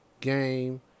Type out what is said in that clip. game